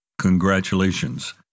congratulations